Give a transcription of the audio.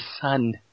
sun